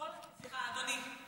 אדוני,